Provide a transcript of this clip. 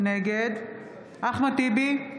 נגד אחמד טיבי,